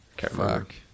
Fuck